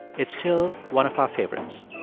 it's still one of our favorites